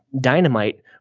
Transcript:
dynamite